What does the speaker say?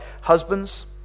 Husbands